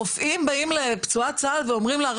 רופאים באים לפצועת צה"ל ואומרים לה,